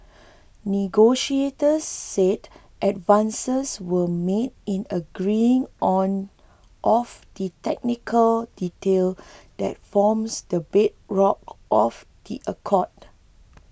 negotiators said advances were made in agreeing on of the technical detail that forms the bedrock of the accord